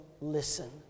listen